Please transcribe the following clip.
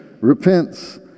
repents